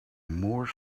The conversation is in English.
more